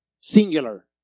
singular